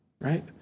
right